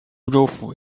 州府